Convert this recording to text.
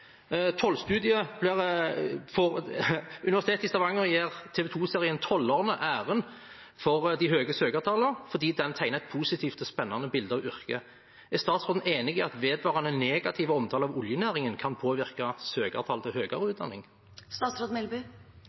i Stavanger gir TV 2-serien «Toll» æren for de høye søkertallene, fordi den tegner et positivt og spennende bilde av yrket. Er statsråden enig i at vedvarende negativ omtale av oljenæringen kan påvirke søkertall til